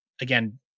again